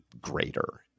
greater